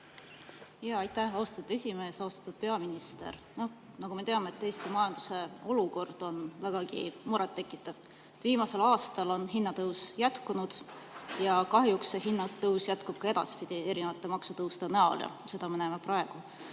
Aitäh, austatud esimees! Austatud peaminister! Nagu me teame, on Eesti majanduse olukord vägagi murettekitav. Viimasel aastal on hinnatõus jätkunud ja kahjuks see hinnatõus jätkub ka edaspidi erinevate maksutõusude näol, seda me näeme praegu.